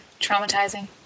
Traumatizing